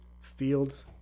fields